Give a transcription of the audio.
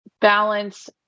balance